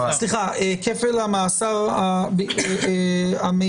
זו אותה משפחה של עבירות או נסיבות מה